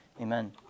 Amen